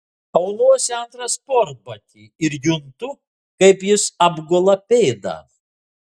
aunuosi antrą sportbatį ir juntu kaip jis apgula pėdą